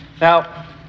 Now